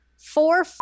four